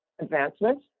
advancements